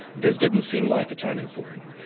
this didn't seem like a turning point.